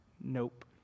Nope